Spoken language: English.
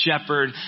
shepherd